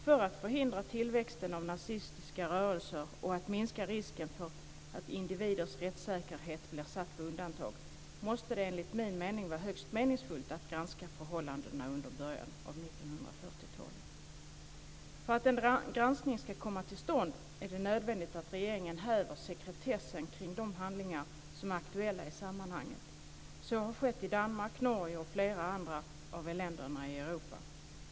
För att förhindra tillväxten av nazistiska rörelser och minska risken för att individers rättssäkerhet blir satt på undantag måste det enligt min mening vara högst meningsfullt att granska förhållandena under början av 1940-talet. För att en granskning ska komma till stånd är det nödvändigt att regeringen häver sekretessen kring de handlingar som är aktuella i sammanhanget. Så har skett i Danmark, i Norge och i flera andra av länderna i Europa.